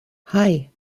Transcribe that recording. hei